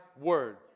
word